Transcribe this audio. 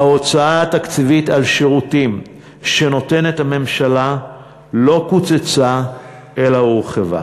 ההוצאה התקציבית על שירותים שנותנת הממשלה לא קוצצה אלא הורחבה.